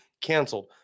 canceled